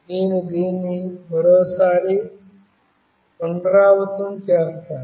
నేను దీన్ని మరోసారి పునరావృతం చేస్తాను